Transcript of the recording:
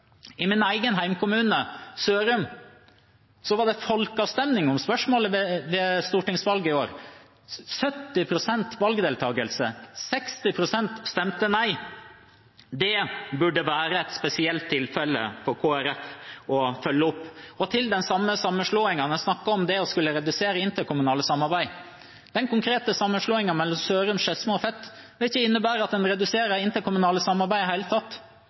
I min egen hjemkommune, Sørum, var det folkeavstemning om spørsmålet ved stortingsvalget i år. 70 pst. valgdeltagelse, 60 pst. stemte nei! Det burde være «et spesielt tilfelle» for Kristelig Folkeparti å følge opp. Og til den samme sammenslåingen: Vi snakket om det å skulle redusere interkommunale samarbeid. Den konkrete sammenslåingen, mellom Sørum, Skedsmo og Fet, vil ikke innebære at en reduserer det interkommunale samarbeidet i det hele tatt.